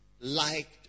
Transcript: liked